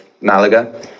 Malaga